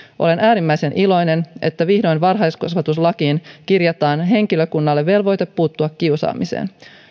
olen äärimmäisen iloinen että vihdoin varhaiskasvatuslakiin kirjataan henkilökunnalle velvoite puuttua kiusaamiseen